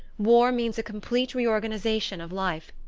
war means a complete reorganization of life.